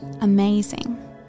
amazing